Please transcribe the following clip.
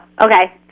okay